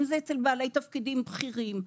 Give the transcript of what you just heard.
אצל בעלי תפקידים בכירים.